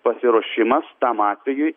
pasiruošimas tam atvejui